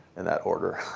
in that order.